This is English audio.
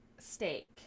Steak